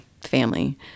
family